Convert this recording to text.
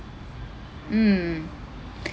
mm